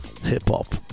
hip-hop